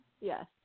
Yes